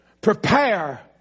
Prepare